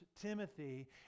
Timothy